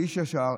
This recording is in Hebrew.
ואיש ישר,